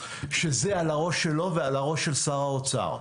שזה על הראש שלו ועל הראש של שר האוצר.